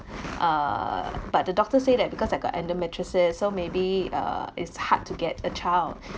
uh but the doctor say that because I got endometriosis so maybe uh it's hard to get a child